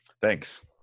thanks